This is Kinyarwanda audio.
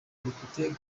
depite